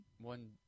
one